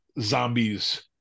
zombies